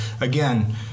again